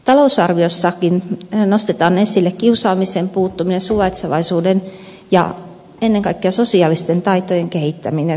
talousarviossakin nostetaan esille kiusaamiseen puuttuminen suvaitsevaisuuden ja ennen kaikkea sosiaalisten taitojen kehittäminen